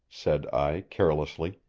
said i carelessly.